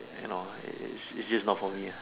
you know it's it's just not for me lah